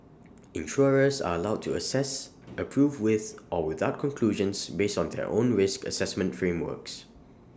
insurers are allowed to assess approve with or without conclusions based on their own risk Assessment frameworks